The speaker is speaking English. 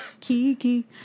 Kiki